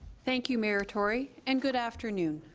thank you mayor tory and good afternoon.